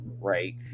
Right